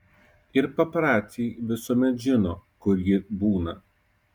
ir paparaciai visuomet žino kur ji būna